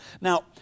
Now